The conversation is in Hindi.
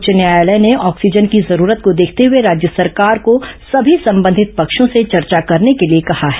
उच्च न्यायालय ने ऑक्सीजन की जरूरत को देखते हुए राज्य सरकार को सभी संबंधित पक्षों से चर्चा करने को लिए कहा है